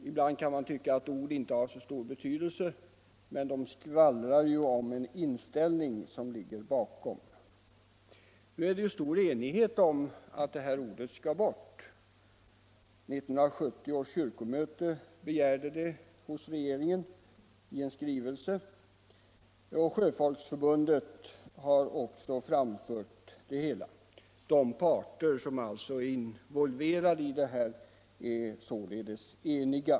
Ibland kan man tycka att ord inte har så stor betydelse, men de skvallrar om en inställning som ligger bakom. Nu är det ju stor enighet om att det här ordet skall bort. 1970 års kyrkomöte begärde det hos regeringen i en skrivelse, och Sjöfolksförbundet har också framfört denna begäran. De parter som är involverade i frågan är således eniga.